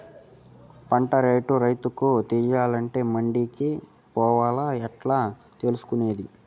పంట రేట్లు రైతుకు తెలియాలంటే మండి కే పోవాలా? ఎట్లా తెలుసుకొనేది?